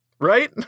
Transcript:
Right